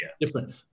different